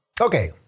Okay